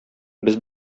без